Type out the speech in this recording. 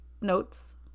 notes